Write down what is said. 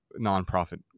nonprofit